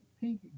pink